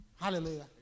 Hallelujah